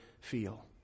feel